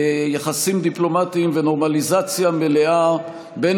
יחסים דיפלומטיים ונורמליזציה מלאה בין